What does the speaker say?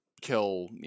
kill